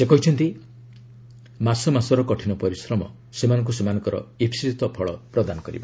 ସେ କହିଛନ୍ତି ମାସ ମାସର କଠିନ ପରିଶ୍ରମ ସେମାନଙ୍କୁ ସେମାନଙ୍କର ଇସ୍ସିତ ଫଳ ପ୍ରଦାନ କରିବ